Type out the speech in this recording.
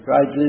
Right